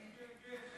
כן, כן.